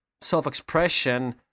self-expression